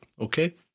okay